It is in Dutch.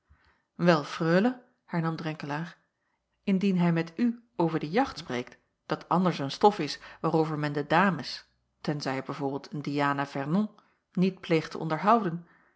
wel freule hernam drenkelaer indien hij met u over de jacht spreekt dat anders een stof is waarover men de dames tenzij b v een diana vernon niet pleegt te onderhouden